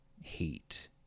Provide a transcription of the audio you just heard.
hate